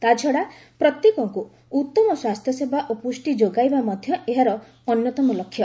ତା'ଛଡ଼ା ପ୍ରତ୍ୟେକଙ୍କୁ ଉତ୍ତମ ସ୍ୱାସ୍ଥ୍ୟସେବା ଓ ପୁଷ୍ଟି ଯୋଗାଇବା ମଧ୍ୟ ଏହାର ଅନ୍ୟତମ ଲକ୍ଷ୍ୟ